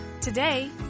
Today